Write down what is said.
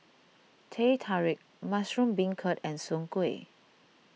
Teh Tarik Mushroom Beancurd and Soon Kuih